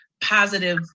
positive